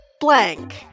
blank